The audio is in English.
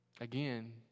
Again